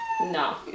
no